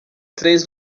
três